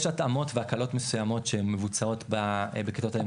יש התאמות והקלות מסוימות שמבוצעות בכיתות הלימוד